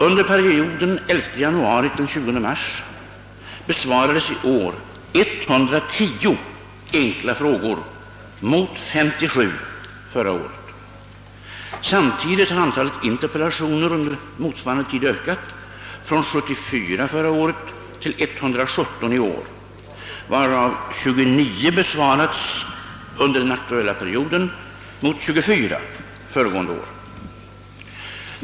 Under perioden 11 januari—20 mars besvarades i år 110 enkla frågor mot 57 förra året. Samtidigt har antalet interpellationer under motsvarande tid ökat från 74 förra året till 117 i år, varav 29 besvarats under den aktuella perioden mot 24 föregående år.